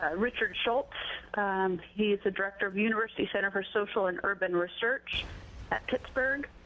ah richard shultz he is the director of university center for social and urban research pittsburgh.